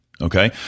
Okay